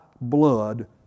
blood